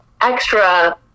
extra